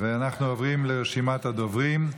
ואנחנו עוברים לרשימת הדוברים.